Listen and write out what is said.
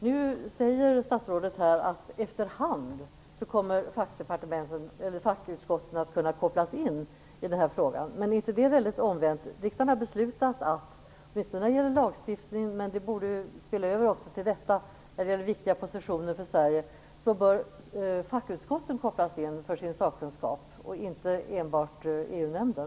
Nu säger statsrådet att fackutskotten efter hand kommer att kunna kopplas in i frågan. Men är det inte en omvänd ordning? Riksdagen har beslutat - åtminstone när det gäller lagstiftning, men det borde kunna spilla över till detta, i fråga om viktiga positioner för Sverige - att fackutskotten skall kopplas in för sin sakkunskap, och inte enbart EU-nämnden.